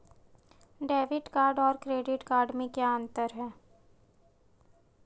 Debit card और credit card में क्या अंतर है?